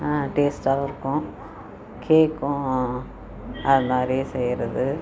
டேஸ்ட்டாகவும் இருக்கும் கேக்கும் அதுமாதிரி செய்யிறது